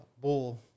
bull